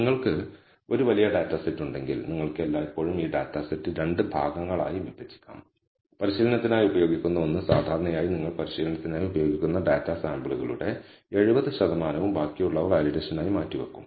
നിങ്ങൾക്ക് ഒരു വലിയ ഡാറ്റ സെറ്റ് ഉണ്ടെങ്കിൽ നിങ്ങൾക്ക് എല്ലായ്പ്പോഴും ഈ ഡാറ്റ സെറ്റ് 2 ഭാഗങ്ങളായി വിഭജിക്കാം പരിശീലനത്തിനായി ഉപയോഗിക്കുന്ന ഒന്ന് സാധാരണയായി നിങ്ങൾ പരിശീലനത്തിനായി ഉപയോഗിക്കുന്ന ഡാറ്റാ സാമ്പിളുകളുടെ 70 ശതമാനവും ബാക്കിയുള്ളവ വാലിഡേഷൻനായി മാറ്റിവെക്കും